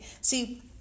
See